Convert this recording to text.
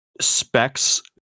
Specs